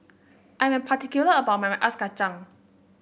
I am particular about my Ice Kachang